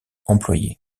employées